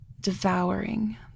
devouring